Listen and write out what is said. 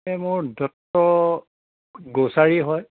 এই মোৰ দত্ত গ্ৰোচাৰি হয়